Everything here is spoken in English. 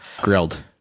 grilled